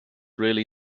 really